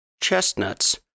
Chestnuts